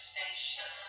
Station